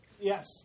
Yes